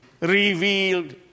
revealed